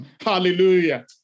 Hallelujah